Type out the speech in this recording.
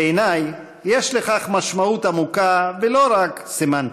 בעיני יש לכך משמעות עמוקה, ולא רק סמנטית.